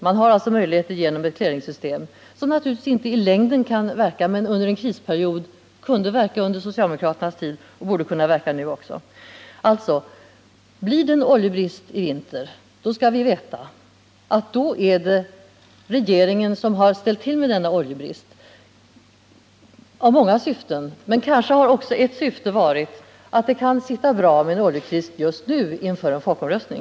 Man har alltså möjligheter genom ett clearingsystem, som naturligtvis inte i längden kan verka men som under en krisperiod under socialdemokraternas tid kunde verka och även nu borde kunna göra det. Alltså: Blir det en oljebrist i vinter skall vi veta att det är regeringen som har ställt till med denna, och ett syfte kanske har varit att det kan sitta bra med en oljekris just nu inför en folkomröstning.